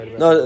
no